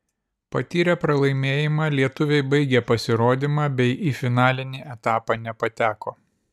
patyrę pralaimėjimą lietuviai baigė pasirodymą bei į finalinį etapą nepateko